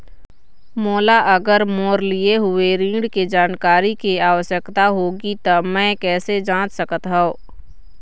मोला अगर मोर लिए हुए ऋण के जानकारी के आवश्यकता होगी त मैं कैसे जांच सकत हव?